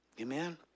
Amen